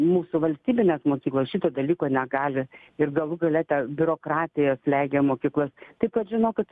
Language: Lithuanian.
mūsų valstybinės mokyklos šito dalyko negali ir galų gale ta biurokratija slegia mokyklas taip kad žinokit